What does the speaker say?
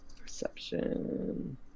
Perception